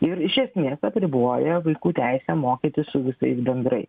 ir iš esmės apriboja vaikų teisę mokytis su visais bendrai